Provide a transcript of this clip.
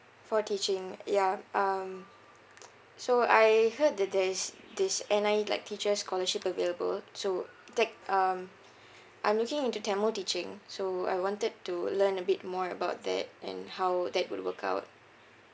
for teaching yeah um so I heard that there is this N_I_E like teacher scholarship available so take um I'm looking into tamil teaching so I wanted to learn a bit more about that and how would that would work out